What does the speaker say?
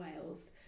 Wales